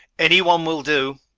any one will do.